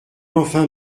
enfin